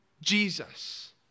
Jesus